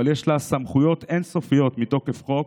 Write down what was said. אבל יש לה סמכויות אין-סופיות מתוקף חוק?